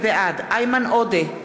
בעד איימן עודה,